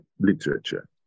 literature